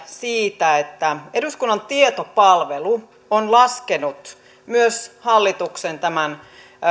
siitä että eduskunnan tietopalvelu on laskenut myös hallituksen